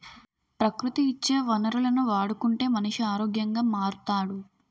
ప్రకృతి ఇచ్చే వనరులను వాడుకుంటే మనిషి ఆరోగ్యంగా మారుతాడు